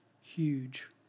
huge